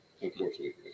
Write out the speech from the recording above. unfortunately